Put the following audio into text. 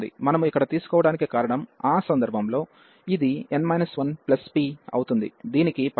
మనము ఇక్కడ తీసుకోవటానికి కారణం ఆ సందర్భంలో ఇది n 1p అవుతుంది దీనికి పట్టింపు లేదు మరియు n≥1